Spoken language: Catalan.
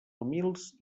humils